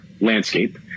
landscape